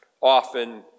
Often